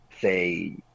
say